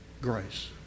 grace